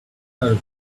her